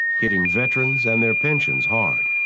hitting veterans and their pensions hard.